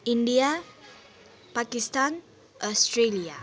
India Pakistan Australia